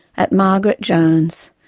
at margaret jones,